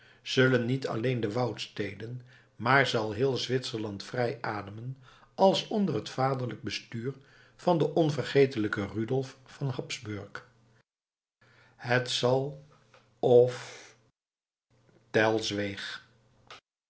zullen niet alleen de woudsteden maar zal heel zwitserland vrij ademen als onder het vaderlijke bestuur van den onvergetelijken rudolf van habsburg het zàl of tell zweeg